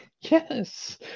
Yes